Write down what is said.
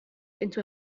into